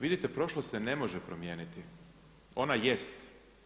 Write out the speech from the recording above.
Vidite prošlost se ne može promijeniti, onda jest.